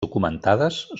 documentades